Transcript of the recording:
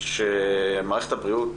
שמערכת הבריאות